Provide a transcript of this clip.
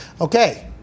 Okay